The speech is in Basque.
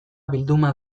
bilduma